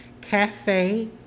Cafe